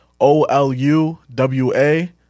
O-L-U-W-A